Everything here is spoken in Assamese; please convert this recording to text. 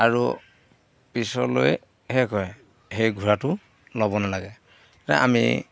আৰু পিছলৈ সেই কৰে সেই ঘোঁৰাটো ল'ব নালাগে আমি